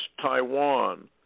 Taiwan